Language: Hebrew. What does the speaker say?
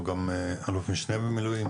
הוא גם אלוף משנה במילואים,